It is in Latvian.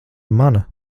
mana